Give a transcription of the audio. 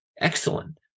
excellent